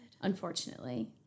Unfortunately